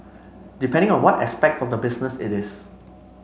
depending on what aspect of the business it is